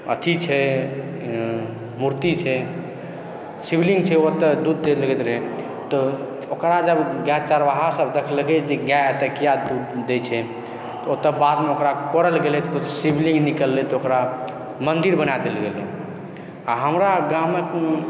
अथि छै मूर्ति छै शिवलिङ्ग छै ओतऽ दूध दए लगैत रहै तऽ ओकरा जब गाय चरवाहा सब देखलकै जे गाय किआ दूध दै छै तऽ ओतऽ बादमे ओकरा कोड़ल गेलै तऽ शिवलिङ्ग निकललै तऽ ओकरा मन्दिर बना देल गेलै आओर हमरा गाँवमे कोनो